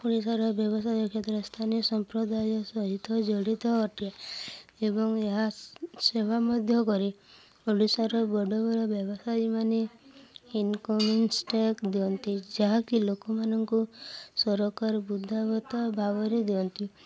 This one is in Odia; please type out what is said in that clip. ଓଡ଼ିଶାର ବ୍ୟବସାୟ କ୍ଷେତ୍ର ସ୍ଥାନୀୟ ସମ୍ପ୍ରଦାୟ ସହିତ ଜଡ଼ିତ ଅଟେ ଏବଂ ଏହା ସେବା ମଧ୍ୟ କରି ଓଡ଼ିଶାର ବଡ଼ ବଡ଼ ବ୍ୟବସାୟୀମାନେ ଇନକମିଂ ଷ୍ଟ୍ୟାକ୍ ଦିଅନ୍ତି ଯାହାକି ଲୋକମାନଙ୍କୁ ସରକାର ବୃଦ୍ଧାବତା ଭାବରେ ଦିଅନ୍ତି